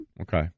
Okay